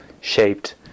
shaped